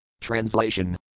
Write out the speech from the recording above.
Translation